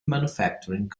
manufacturing